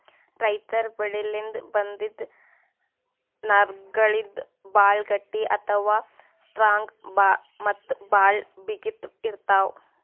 ರೈತರ್ ಬೆಳಿಲಿನ್ದ್ ಬಂದಿಂದ್ ನಾರ್ಗಳಿಗ್ ಭಾಳ್ ಗಟ್ಟಿ ಅಥವಾ ಸ್ಟ್ರಾಂಗ್ ಮತ್ತ್ ಭಾಳ್ ಬಿಗಿತ್ ಇರ್ತವ್